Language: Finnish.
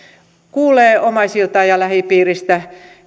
kuulee omaisilta ja lähipiiristä